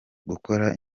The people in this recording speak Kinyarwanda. gukora